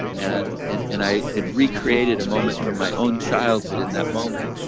and and and i had recreated a moment from my own childhood in that moment.